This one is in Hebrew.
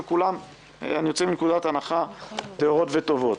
אני יוצא מנקודת הנחה שהכוונות של כולם טהורות וטובות.